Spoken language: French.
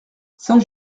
saint